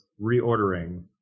reordering